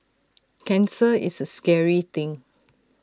cancer is A scary thing